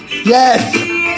Yes